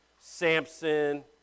Samson